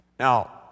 Now